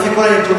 לפי כל הנתונים,